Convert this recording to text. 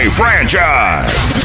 franchise